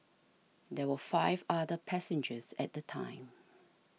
there were five other passengers at the time